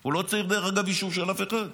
הוא לא צריך אישור של אף אחד.